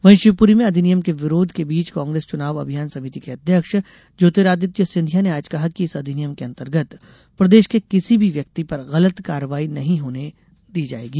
वहीं शिवपुरी में अधिनियम के विरोध के बीच कांग्रेस चुनाव अभियान समिति के अध्यक्ष ज्योतिरादित्य सिंधिया ने आज कहा कि इस अधिनियम के अंतर्गत प्रदेश के किसी भी व्यक्ति पर गलत कार्यवाही नही होने दी जायेगी